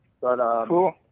Cool